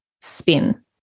spin